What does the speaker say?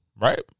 right